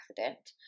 accident